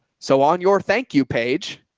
so on your thank you page.